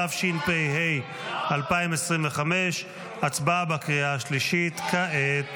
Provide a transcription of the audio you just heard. התשפ"ה 2025. הצבעה בקריאה השלישית כעת.